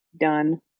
Done